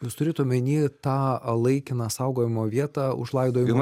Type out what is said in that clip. jūs turit omeny tą laikiną saugojimo vietą už laidojimą